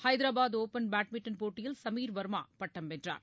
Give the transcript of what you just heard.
Hyderabad open badminton போட்டியில் சுமீர் வர்மா பட்டம் வென்றார்